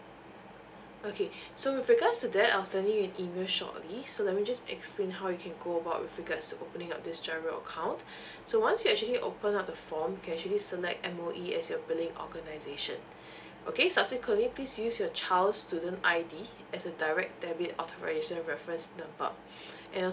okay so with regards to that I'll send you an email shortly so let me just explain how you can go about with regards to opening up this giro account so once you actually open up the form you can actually select M_O_E as your billing organisation okay subsequently please use your child student's I_D as a direct debit authorisation reference number and also